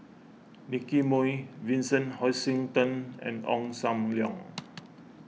Nicky Moey Vincent Hoisington and Ong Sam Leong